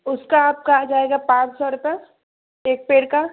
उसका आपका आ जाएगा पाँच सौ रुपये एक पेड़ का